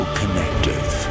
connective